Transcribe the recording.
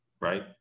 right